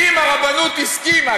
אם הרבנות הסכימה,